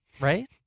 right